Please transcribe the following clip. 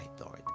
lord